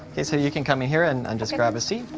okay, so you can come in here and and just grab a seat.